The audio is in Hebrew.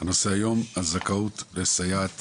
הנושא היום, הזכאות לסייעת